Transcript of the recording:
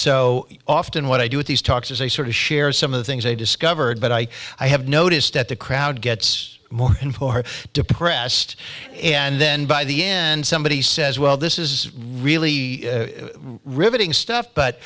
so often what i do with these talks is a sort of share some of the things i discovered but i i have noticed that the crowd gets more and who are depressed and then by the end somebody says well this is really riveting stuff but